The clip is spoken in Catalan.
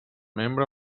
membre